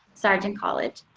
sergeant college,